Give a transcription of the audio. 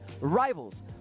rivals